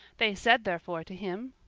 they said therefore to him,